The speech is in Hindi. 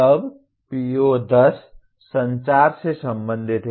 तब PO10 संचार से संबंधित है